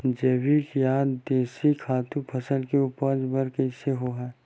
जैविक या देशी खातु फसल के उपज बर कइसे होहय?